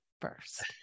first